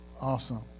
Awesome